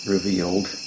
revealed